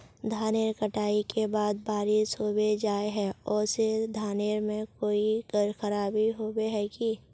धानेर कटाई के बाद बारिश होबे जाए है ओ से धानेर में कोई खराबी होबे है की?